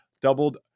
doubled